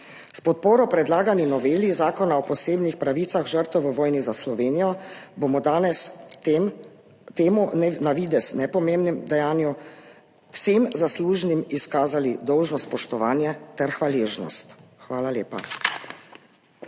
S podporo predlagani noveli Zakona o posebnih pravicah žrtev v vojni za Slovenijo bomo danes s tem na videz nepomembnim dejanjem vsem zaslužnim izkazali dolžno spoštovanje ter hvaležnost. Hvala lepa.